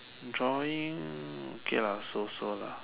drawing okay lah so so lah